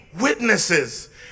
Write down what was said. witnesses